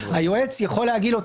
היועץ יכול להגיד לו,